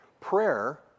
Prayer